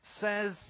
says